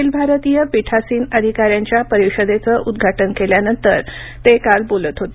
अखिल भारतीय पीठासीन अधिकार्यांच्या परीषदेचं उद्घाटन केल्यानंतर ते काल बोलत होते